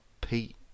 Pete